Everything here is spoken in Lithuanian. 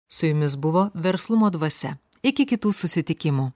su jumis buvo verslumo dvasia iki kitų susitikimų